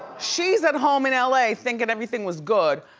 she's at home in ah la, thinking everything was good,